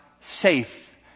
safe